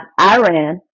Iran